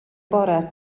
bore